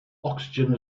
oxygen